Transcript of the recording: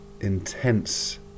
intense